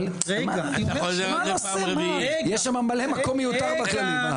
יש שם מלא מקום מיותר בכללי -- רגע,